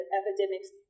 epidemics